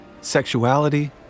sexuality